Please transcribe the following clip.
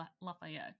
Lafayette